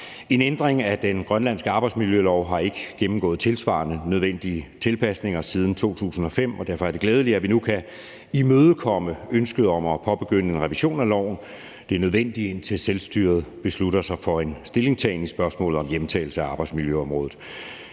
En ændring af den grønlandske arbejdsmiljølov har ikke gennemgået tilsvarende nødvendige tilpasninger siden 2005, og derfor er det glædeligt, at vi nu kan imødekomme ønsket om at påbegynde en revision af loven. Det er nødvendigt, indtil selvstyret beslutter sig for en stillingtagen i spørgsmålet om hjemtagelse af arbejdsmiljøområdet.